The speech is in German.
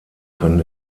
können